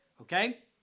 Okay